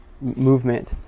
movement